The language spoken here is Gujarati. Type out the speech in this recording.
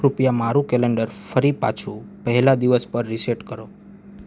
કૃપયા મારું કેલેન્ડર ફરી પાછું પહેલા દિવસ પર રિસેટ કરો